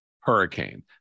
Hurricane